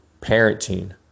parenting